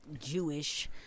Jewish